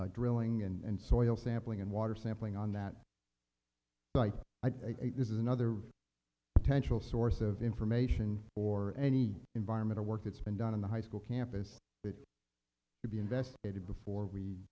drilling and soil sampling and water sampling on that but i think this is another potential source of information or any environmental work it's been done in the high school campus but to be investigated before we